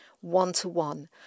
one-to-one